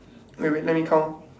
eh wait let me count